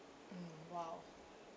mm !wow!